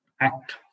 act